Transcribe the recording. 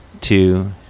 two